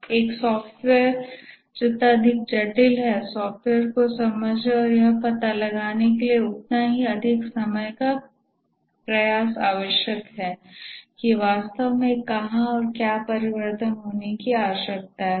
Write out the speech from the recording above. एक सॉफ़्टवेयर जितना अधिक जटिल है सॉफ़्टवेयर को समझने और यह पता लगाने के लिए उतना ही अधिक समय का प्रयास आवश्यक है कि वास्तव में कहां और क्या परिवर्तन होने की आवश्यकता है